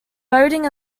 boating